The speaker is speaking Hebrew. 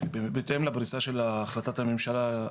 בהתאם לפריסה של החלטת הממשלה,